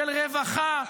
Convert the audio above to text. של רווחה.